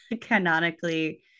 canonically